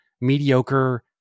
mediocre